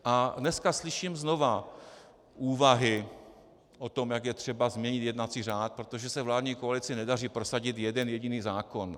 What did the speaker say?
A dneska slyším znovu úvahy o tom, jak je třeba změnit jednací řád, protože se vládní koalici nedaří prosadit jeden jediný zákon.